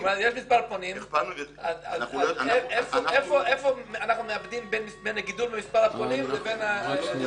-- אז איפה אנחנו מאבדים בין הגידול במספר הפונים לבין ה -- רק דקה.